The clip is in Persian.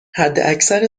حداکثر